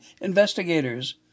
investigators